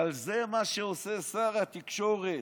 אבל זה מה שעושה שר התקשורת.